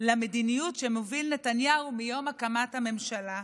למדיניות שמוביל נתניהו מיום הקמת הממשלה,